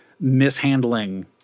mishandling